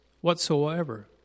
whatsoever